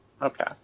Okay